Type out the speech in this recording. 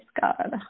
God